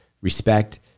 respect